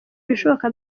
ibishoboka